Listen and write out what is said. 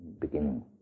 beginning